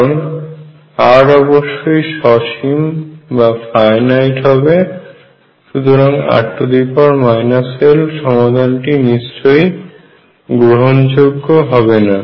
কারণ r অবশ্যই সসীম হবে সুতরাং r l সমাধানটি নিশ্চয়ই গ্রহণযোগ্য হবে না